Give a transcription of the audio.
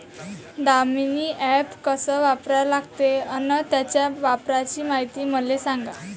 Damini app कस वापरा लागते? अन त्याच्या वापराची मायती मले सांगा